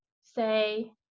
say